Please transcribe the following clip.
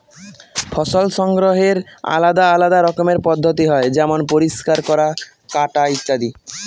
ফসল সংগ্রহের আলাদা আলদা রকমের পদ্ধতি হয় যেমন পরিষ্কার করা, কাটা ইত্যাদি